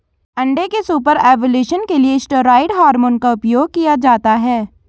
अंडे के super ovulation के लिए स्टेरॉयड हार्मोन का उपयोग किया जाता है